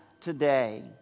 today